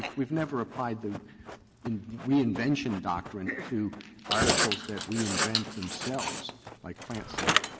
we have never applied the reinvention doctrine to articles that reinvent themselves like plant seed.